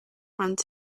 runs